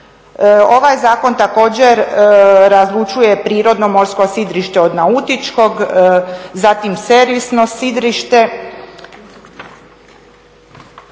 Ovaj zakon također razlučuje prirodno morsko sidrište od nautičkog, zatim servisno sidrište.